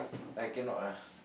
I cannot ah